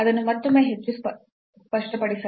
ಅದನ್ನು ಮತ್ತೊಮ್ಮೆ ಹೆಚ್ಚು ಸ್ಪಷ್ಟಪಡಿಸಲು